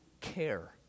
care